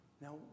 Now